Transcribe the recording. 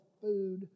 food